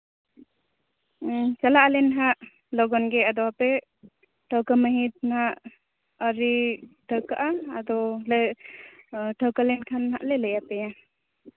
ᱦᱩᱸ ᱪᱟᱞᱟᱜᱼᱟᱞᱮ ᱱᱟᱦᱟᱸᱜ ᱞᱚᱜᱚᱱ ᱜᱮ ᱟᱫᱚ ᱦᱟᱯᱮ ᱴᱷᱟᱹᱣᱠᱟᱹ ᱢᱟᱹᱦᱤᱛ ᱢᱟᱦᱟᱸᱜ ᱟᱹᱣᱨᱤ ᱴᱷᱟᱹᱣᱠᱟᱹᱜᱼᱟ ᱟᱫᱚᱞᱮ ᱴᱷᱟᱹᱣᱠᱟᱹ ᱞᱮᱱ ᱠᱷᱟᱱ ᱦᱟᱸᱜ ᱞᱮ ᱞᱟᱹᱭᱟᱯᱮᱭᱟ